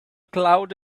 cloud